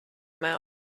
mouth